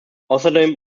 außerdem